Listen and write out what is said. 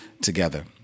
together